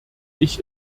ich